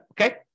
Okay